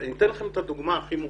אני אתן לכם את הדוגמה הכי מוחשית.